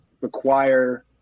require